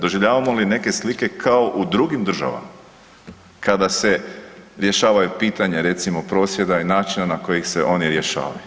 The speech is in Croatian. Doživljavamo li neke slike kao u drugim državama kada se rješavaju pitanje recimo prosvjeda i načina na koji ih se oni rješavaju?